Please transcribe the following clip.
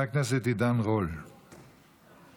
בונים על הקרקע הפרטית שלהם, ומקבלים